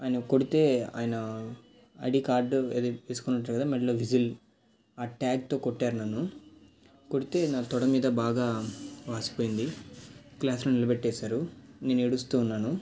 ఆయన కొడితే ఆయన ఐడీ కార్డు అది తీసుకొని ఉంటారు కదా మెళ్ళో విజిల్ ఆ ట్యాగ్తో కొట్టారు నన్ను కొడితే నా తొడ మీద బాగా వాచిపోయింది క్లాస్లో నిలబెట్టారు నేను ఏడుస్తూ ఉన్నాను